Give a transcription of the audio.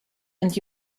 and